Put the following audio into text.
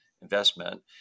investment